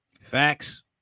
Facts